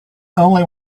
only